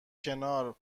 کنار